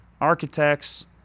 architects